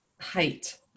height